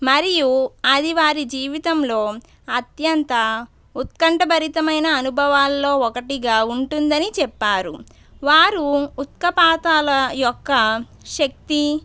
మరియు అది వారి జీవితంలో అత్యంత ఉత్కంఠభరితమైన అనుభవాలలో ఒకటిగా ఉంటుందని చెప్పారు వారు ఉత్కలపాతాల యొక్క శక్తి